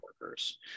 workers